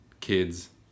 kids